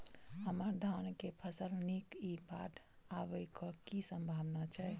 हम्मर धान केँ फसल नीक इ बाढ़ आबै कऽ की सम्भावना छै?